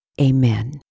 Amen